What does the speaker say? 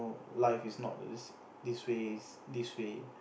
life is not this this ways this way